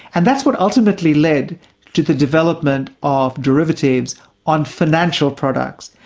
and that's what ultimately led to the development of derivatives on financial products.